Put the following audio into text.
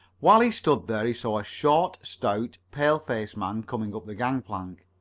while he stood there he saw a short, stout, pale-faced man coming up the gangplank.